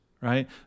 right